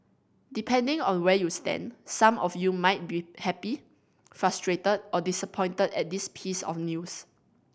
depending on where you stand some of you might be happy frustrated or disappointed at this piece of news